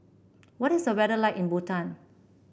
what is the weather like in Bhutan